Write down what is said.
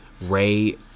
Ray